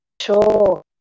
Sure